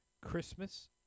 Christmas